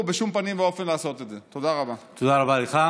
לפחות על פי מה